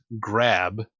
grab